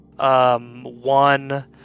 One